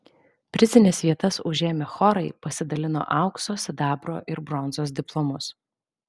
prizines vietas užėmę chorai pasidalino aukso sidabro ir bronzos diplomus